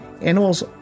animals